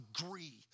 agree